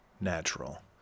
natural